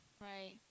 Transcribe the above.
Right